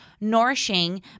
nourishing